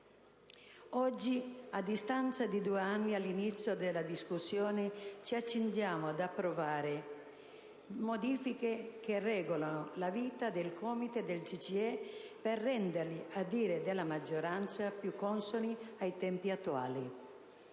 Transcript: Oggi, a distanza di due anni dall'inizio della discussione, ci accingiamo ad approvare modifiche che regolano la vita dei COMITES e del CGIE per renderli, a dire della maggioranza, più consoni ai tempi attuali.